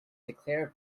declare